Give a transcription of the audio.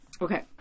Okay